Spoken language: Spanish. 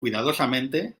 cuidadosamente